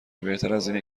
بهترازاینه